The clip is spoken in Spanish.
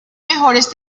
mejores